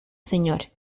señor